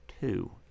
two